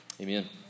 Amen